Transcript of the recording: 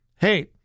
Hey